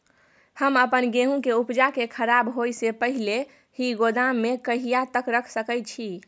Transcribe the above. हम अपन गेहूं के उपजा के खराब होय से पहिले ही गोदाम में कहिया तक रख सके छी?